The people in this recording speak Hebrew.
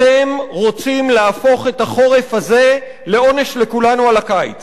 אתם רוצים להפוך את החורף הזה לעונש לכולנו על הקיץ.